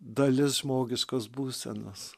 dalis žmogiškos būsenos